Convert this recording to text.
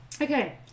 Okay